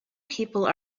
people